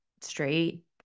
straight